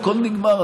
הכול נגמר,